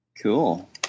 Cool